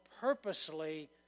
purposely